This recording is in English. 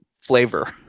flavor